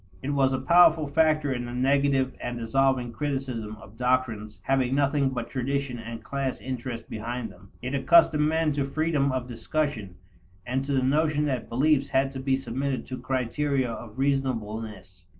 it was a powerful factor in the negative and dissolving criticism of doctrines having nothing but tradition and class interest behind them it accustomed men to freedom of discussion and to the notion that beliefs had to be submitted to criteria of reasonableness.